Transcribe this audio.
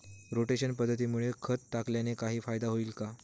Rotation पद्धतीमुळे खत टाकल्याने काही फायदा होईल का?